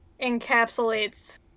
encapsulates